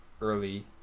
early